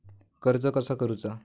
कर्ज कसा करूचा?